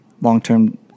long-term